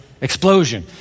Explosion